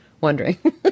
wondering